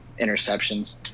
interceptions